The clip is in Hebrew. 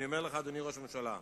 אני אומר לך, אדוני ראש הממשלה: